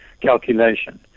calculation